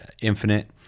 Infinite